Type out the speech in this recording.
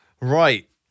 right